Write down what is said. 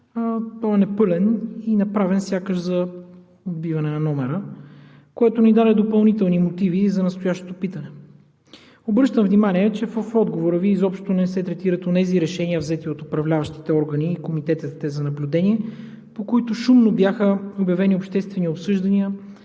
е непълен и направен сякаш за отбиване на номера, което ни даде допълнителни мотиви за настоящото питане. Обръщам внимание, че в отговора Ви изобщо не се третират онези решения, взети от управляващите органи и комитетите за наблюдение, по които шумно бяха обявени обществени обсъждания